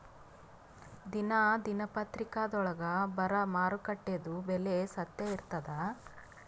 ದಿನಾ ದಿನಪತ್ರಿಕಾದೊಳಾಗ ಬರಾ ಮಾರುಕಟ್ಟೆದು ಬೆಲೆ ಸತ್ಯ ಇರ್ತಾದಾ?